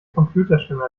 computerstimme